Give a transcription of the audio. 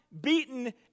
beaten